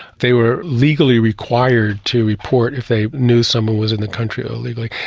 they were legally required to report if they knew someone was in the country illegally.